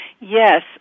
Yes